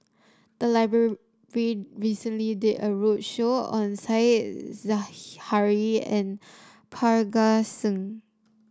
the library recently did a roadshow on Said Zahari and Parga Singh